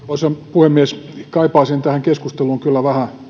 puhemies kaipaisin tähän keskusteluun vähän myös